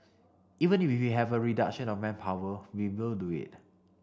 even we have a reduction of manpower we will do it